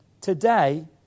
today